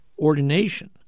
ordination